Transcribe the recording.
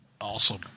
Awesome